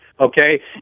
Okay